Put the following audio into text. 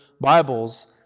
Bibles